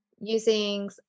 using